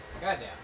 Goddamn